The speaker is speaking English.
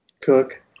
cook